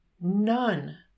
None